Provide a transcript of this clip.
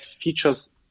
features